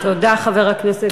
תודה, חבר הכנסת כבל.